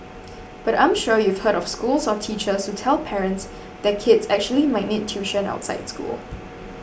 but I'm sure you've heard of schools or teachers who tell parents their kids actually might need tuition outside school